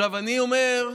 אני אומר,